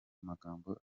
amagambo